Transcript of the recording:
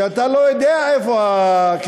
אתה לא יודע איפה הקניין,